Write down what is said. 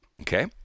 Okay